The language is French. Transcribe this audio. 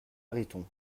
mariton